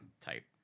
type